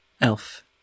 Elf